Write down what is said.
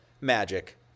Magic